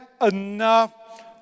enough